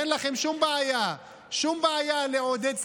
אין לכם שום בעיה, שום בעיה לעודד סרבנות,